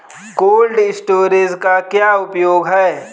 Cold storage का क्या उपयोग है?